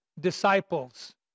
disciples